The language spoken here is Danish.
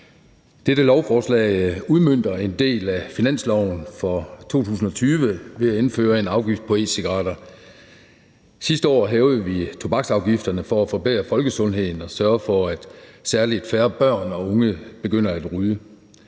Dette lovforslag udmønter en del af finansloven for 2020 ved at indføre en afgift på e-cigaretter. Sidste år hævede vi tobaksafgifterne for at forbedre folkesundheden og sørge for, at særlig færre børn og unge begynder at ryge.